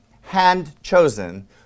hand-chosen